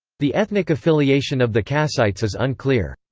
the ethnic affiliation of the kassites is unclear.